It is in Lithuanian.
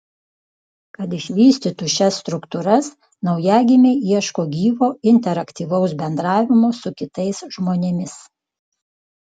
kad išvystytų šias struktūras naujagimiai ieško gyvo interaktyvaus bendravimo su kitais žmonėmis